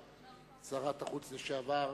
שרת החוץ לשעבר,